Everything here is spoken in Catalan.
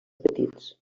petits